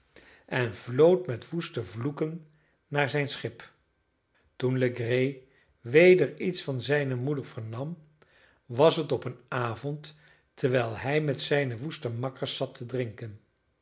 en vlood met woeste vloeken naar zijn schip toen legree weder iets van zijne moeder vernam was het op een avond terwijl hij met zijne woeste makkers zat te drinken